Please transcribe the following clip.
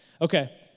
Okay